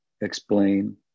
explain